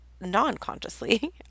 non-consciously